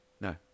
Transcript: No